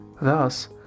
thus